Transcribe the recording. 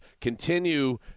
continue